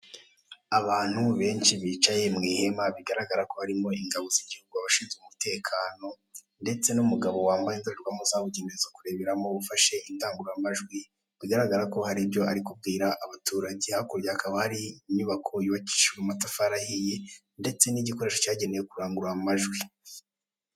Abantu benshi bicaye mu ihema bigaragara ko harimo ingabo z'Igihugu n'abashinzwe umutekano, ndetse n'umugabo wambaye indorerwamo zo kurebera zabigenewe ufashe indangururamajwi, bigaragara ko hari ibyo ari kubwira abaturage. Hakurya hakaba hari inyubako yubakishije amatafari ahiye, ndetse n'igikoresho cyagenewe kurangurura amajwi.